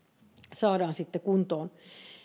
saadaan sitten kuntoon